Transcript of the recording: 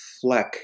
fleck